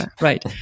right